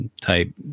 type